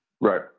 Right